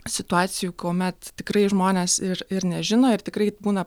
situacijų kuomet tikrai žmonės ir ir nežino ir tikrai būna